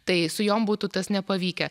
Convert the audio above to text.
tai su jom būtų tas nepavykę